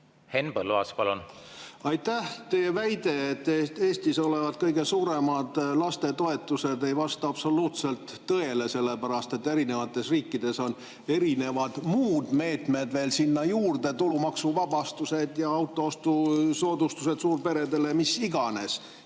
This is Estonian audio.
Henn Põlluaas, palun! Aitäh! Teie väide, et Eestis olevat kõige suuremad lastetoetused, ei vasta absoluutselt tõele, sellepärast et erinevates riikides on erinevad muud meetmed veel sinna juurde, tulumaksuvabastused ja autoostu soodustused suurperedele ja mis iganes.